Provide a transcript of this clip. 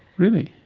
really?